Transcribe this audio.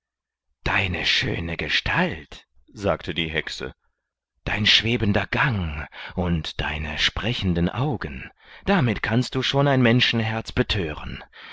deine schöne gestalt sagte die hexe dein schwebender gang und deine sprechenden augen damit kannst du schon ein menschenherz bethören